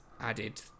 added